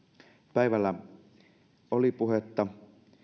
päivällä oli puhetta